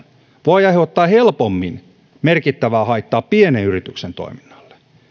voi aiheuttaa helpommin merkittävää haittaa pienen yrityksen toiminnalle